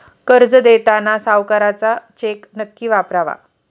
कर्ज देताना सावकाराचा चेक नक्की वापरावा